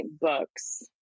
books